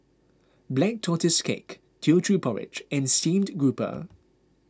Black Tortoise Cake Teochew Porridge and Steamed Grouper